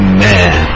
Amen